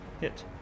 hit